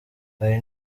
hari